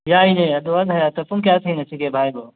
ꯌꯥꯏꯅꯦ ꯑꯗꯨꯃꯥꯏ ꯍꯥꯏꯌꯨ ꯄꯨꯡ ꯀꯌꯥꯗ ꯊꯦꯡꯅꯁꯤꯒꯦ ꯚꯥꯏꯕꯣ